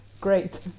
great